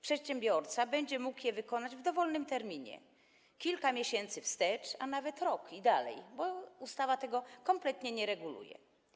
Przedsiębiorca będzie mógł je wykonać w dowolnym terminie, kilka miesięcy wstecz, a nawet rok i dalej, bo ustawa tego kompletnie nie reguluje.